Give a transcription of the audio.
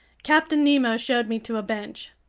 captain nemo showed me to a bench.